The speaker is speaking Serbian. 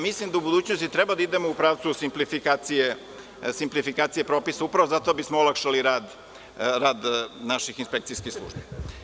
Mislim da u budućnosti treba da idemo u pravcu simplifikacije propisa, upravo zato da bismo olakšali rad naših inspekcijskih službi.